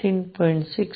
6 9 13